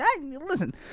listen